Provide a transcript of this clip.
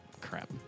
Crap